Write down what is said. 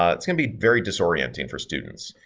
ah it's going to be very disorienting for students.